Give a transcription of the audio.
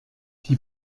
die